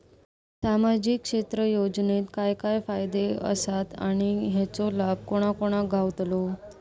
सामजिक क्षेत्र योजनेत काय काय फायदे आसत आणि हेचो लाभ कोणा कोणाक गावतलो?